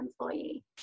employee